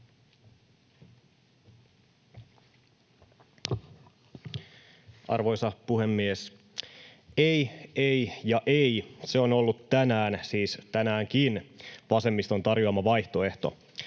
Arvoisa puhemies! ”Ei, ei ja ei”, se on ollut tänään, siis tänäänkin, vasemmiston tarjoama vaihtoehto,